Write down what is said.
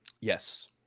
Yes